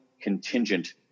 contingent